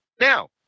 Now